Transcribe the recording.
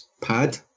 pad